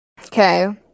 Okay